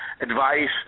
advice